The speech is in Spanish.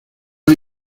hay